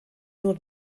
nur